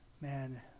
man